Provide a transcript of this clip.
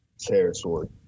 Territory